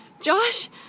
Josh